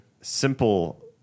Simple